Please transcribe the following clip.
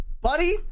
buddy